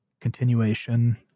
continuation